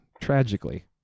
tragically